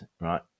right